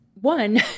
one